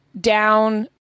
down